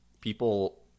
people